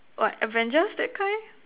what Avengers that kind